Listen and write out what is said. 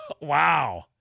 Wow